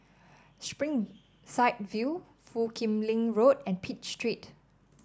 Springside View Foo Kim Lin Road and Pitt Street